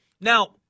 Now